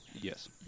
Yes